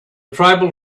tribal